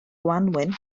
gwanwyn